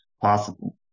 possible